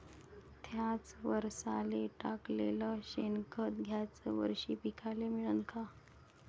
थ्याच वरसाले टाकलेलं शेनखत थ्याच वरशी पिकाले मिळन का?